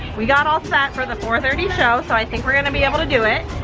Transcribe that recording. we got all set for the four thirty show, so i think we're gonna be able to do it,